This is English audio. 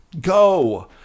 go